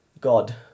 God